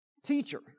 Teacher